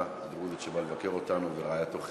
הדרוזית שבא לבקר אותנו ואת רעייתו ח'יר.